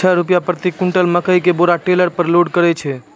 छह रु प्रति क्विंटल मकई के बोरा टेलर पे लोड करे छैय?